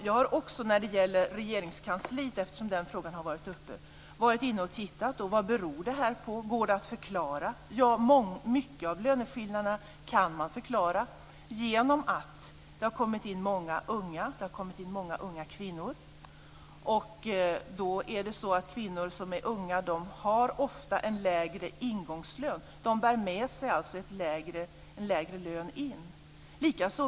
Eftersom frågan om Regeringskansliet har varit uppe kan jag säga att jag också har varit inne och tittat på vad det här beror på och om det går att förklara. Mycket av löneskillnaderna kan man förklara med att det har kommit in många unga kvinnor. Kvinnor som är unga har ofta en lägre ingångslön. De bär alltså med sig en lägre lön in.